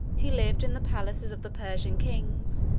he lived in the palaces of the persian kings,